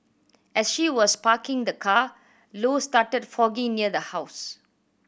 as she was parking the car Low started fogging near the house